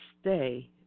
stay